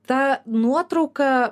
ta nuotrauka